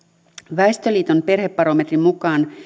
väestöliiton perhebarometrin mukaan